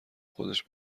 خودش